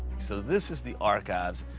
so this is the archives,